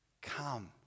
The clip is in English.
Come